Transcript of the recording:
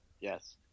Yes